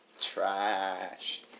Trash